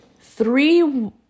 Three